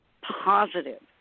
positive